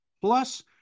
plus